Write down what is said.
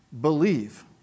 believe